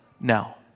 now